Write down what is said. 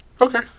Okay